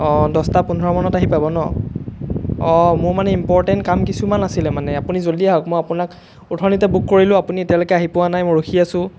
অঁ দছটা পোন্ধৰমানত আহি পাব নহ্ অঁ মোৰ মানে ইম্পৰ্টেণ্ট কাম কিছুমান আছিলে মানে আপুনি জল্দি আহক মই আপোনাক অথনিতে বুক কৰিলোঁ আপুনি এতিয়ালৈকে আহি পোৱা নাই মই ৰখি আছোঁ